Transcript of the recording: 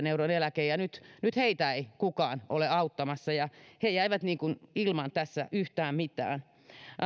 euron eläke ja nyt heitä ei kukaan ole auttamassa ja he jäivät tässä ilman yhtään mitään